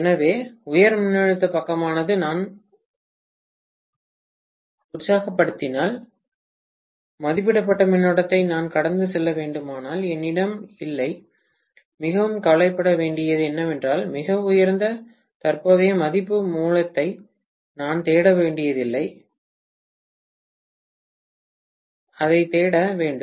எனவே உயர் மின்னழுத்த பக்கமானது நான் உற்சாகப்படுத்தினால் மதிப்பிடப்பட்ட மின்னோட்டத்தை நான் கடந்து செல்ல வேண்டுமானால் என்னிடம் இல்லை மிகவும் கவலைப்பட வேண்டியது என்னவென்றால் மிக உயர்ந்த தற்போதைய மதிப்பு மூலத்தை நான் தேட வேண்டியதில்லை இல்லை அதைத் தேட வேண்டும்